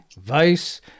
Vice